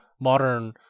modern